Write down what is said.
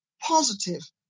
positive